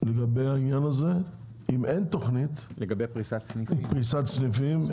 לגבי פריסת סניפים.